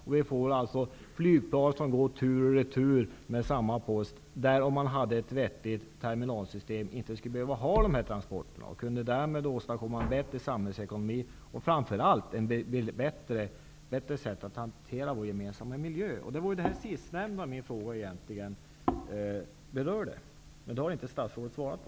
Det leder till att flygplan åker tur och retur med samma post. Om man hade ett vettigt terminalsystem skulle man inte behöva ha en sådan transportplan. Därmed skulle man kunna göra samhällsekonomiska vinster och bättre kunna hantera vår gemensamma miljö. Det är det sistnämnda som min fråga egentligen berörde, men den har inte statsrådet svarat på.